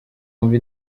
wumve